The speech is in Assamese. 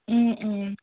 ও ও